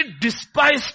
despised